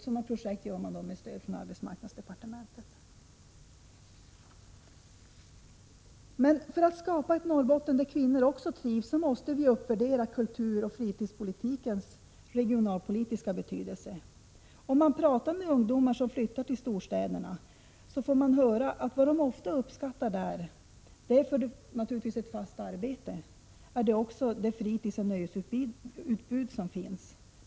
Sådana projekt genomförs med stöd från arbetsmarknadsdepartementet. För att skapa ett Norrbotten där också kvinnor trivs måste vi också uppvärdera kulturoch fritidspolitikens regionalpolitiska betydelse. Om man pratar med ungdomar som flyttar till storstäderna, hör man att vad de ofta uppskattar där — förutom ett fast arbete — är det fritidsoch nöjesutbud som finns.